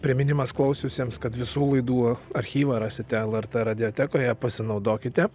priminimas klausiusiems kad visų laidų archyvą rasite lrt radiotekoje pasinaudokite